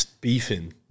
beefing